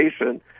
Education